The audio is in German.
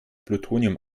plutonium